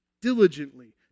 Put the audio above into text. diligently